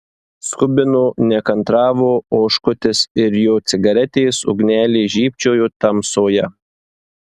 skubino nekantravo oškutis ir jo cigaretės ugnelė žybčiojo tamsoje